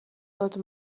sollte